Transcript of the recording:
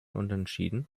unentschieden